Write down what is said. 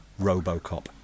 Robocop